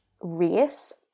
race